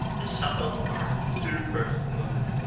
the shuttles are super smooth.